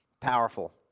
powerful